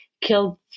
killed